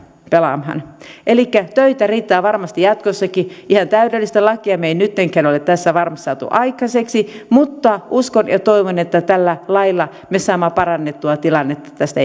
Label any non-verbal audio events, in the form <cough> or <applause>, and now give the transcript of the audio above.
pelaamaan töitä riittää varmasti jatkossakin ihan täydellistä lakia me emme nyttenkään ole tässä varmasti saaneet aikaiseksi mutta uskon ja toivon että tällä lailla me saamme parannettua tilannetta tästä <unintelligible>